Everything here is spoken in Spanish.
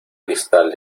cristal